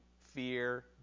fear